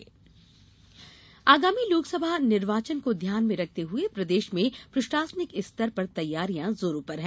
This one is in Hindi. चुनाव तैयारी आगामी लोकसभा निर्वाचन को ध्यान में रखते हुए प्रदेश में प्रशासनिक स्तर पर तैयारियां जोरों पर है